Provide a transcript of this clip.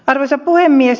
arvoisa puhemies